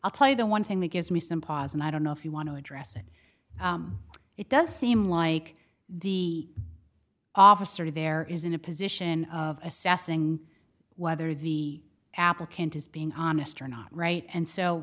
i'll tell you the one thing that gives me some pause and i don't know if you want to address it it does seem like the officer there is in a position of assessing whether the applicant is being honest or not right and so